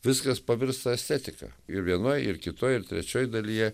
viskas pavirsta estetika ir vienoj ir kitoj ir trečioj dalyje